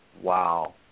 wow